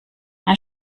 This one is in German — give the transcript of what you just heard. ein